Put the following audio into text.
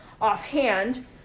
offhand